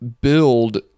build